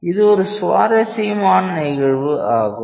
இது ஒரு சுவாரஸ்யமான நிகழ்வாகும்